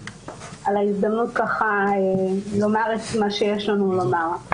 על ההזדמנות לומר את מה שיש לנו לומר.